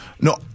No